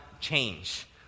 change